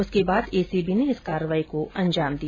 उसके बाद एसीबी ने कार्रवाई को अंजाम दिया